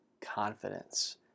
confidence